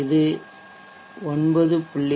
இது 9